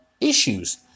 issues